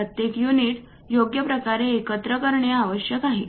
प्रत्येक युनिट योग्य प्रकारे एकत्रित करणे आवश्यक आहे